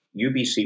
UBC